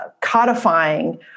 codifying